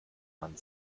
man